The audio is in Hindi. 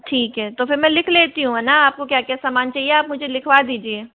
ठीक है तो फिर मैं लिख लेती हूँ है न आपको क्या क्या सामान चाहिए आप मुझे लिखवा दीजिए